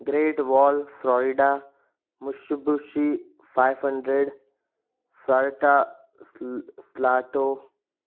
great Wall Florida Mitsubishi five hundred फारटा स्लाटो